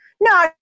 No